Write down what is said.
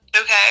Okay